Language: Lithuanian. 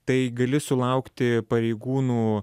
tai gali sulaukti pareigūnų